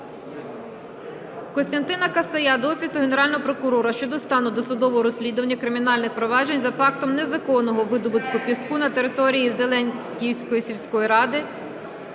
Костянтина Касая до Офісу Генерального прокурора щодо стану досудового розслідування кримінальних проваджень за фактом незаконного видобутку піску на території Зеленківської сільської ради